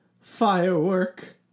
firework